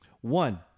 One